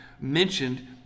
mentioned